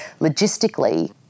logistically